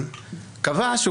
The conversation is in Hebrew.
אנחנו